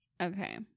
Okay